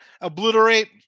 obliterate